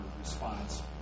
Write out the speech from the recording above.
response